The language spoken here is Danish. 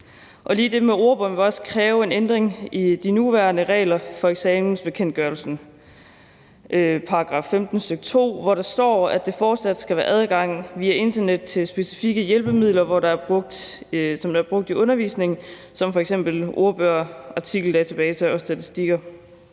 en. Lige det med ordbogen ville også kræve en ændring i de nuværende regler i eksamensbekendtgørelsen, hvor der i § 15, stk. 2, står, at der fortsat skal være adgang via internet til specifikke hjælpemidler, som der er brugt i undervisningen, som f.eks. ordbøger, artikeldatabaser og statistikker.